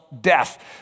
death